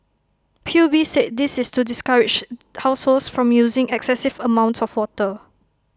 P U B said this is to discourage households from using excessive amounts of water